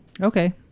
Okay